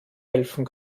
helfen